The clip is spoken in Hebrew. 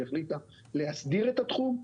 שהחליטה להסדיר את התחום,